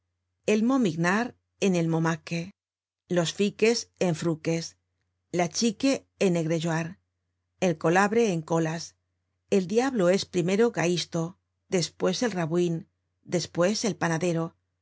el tnomignard en el momacque los fiques en f ruques la chique en egregeoir el colabre en coias el diablo es primero gahisto despues el rabouin después el panadero